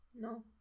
No